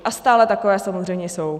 A stále takové samozřejmě jsou.